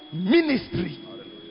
ministry